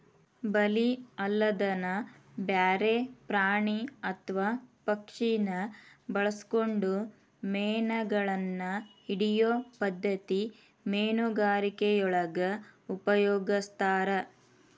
ಬಲಿ ಅಲ್ಲದನ ಬ್ಯಾರೆ ಪ್ರಾಣಿ ಅತ್ವಾ ಪಕ್ಷಿನ ಬಳಸ್ಕೊಂಡು ಮೇನಗಳನ್ನ ಹಿಡಿಯೋ ಪದ್ಧತಿ ಮೇನುಗಾರಿಕೆಯೊಳಗ ಉಪಯೊಗಸ್ತಾರ